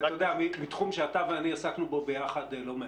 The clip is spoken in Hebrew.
מתחום שאתה ואני עסקנו בו ביחד לא מעט,